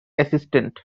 assistant